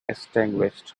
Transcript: extinguished